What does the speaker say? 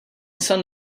son